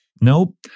nope